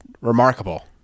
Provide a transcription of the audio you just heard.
remarkable